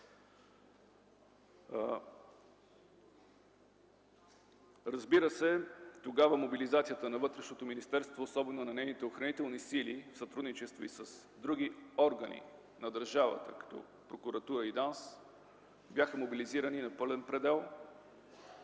на страната. Тогава мобилизацията на Вътрешното министерство, особено на нейните охранителни сили в сътрудничество с други органи на държавата като прокуратура и ДАНС бяха мобилизирани на пълен предел.